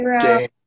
Game